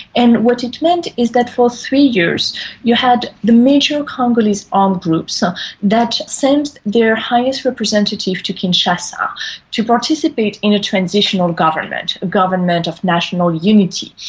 and what it meant is that for three years you had the major congolese armed groups so that sent their highest representative to kinshasa to participate in a transitional government, a government of national unity.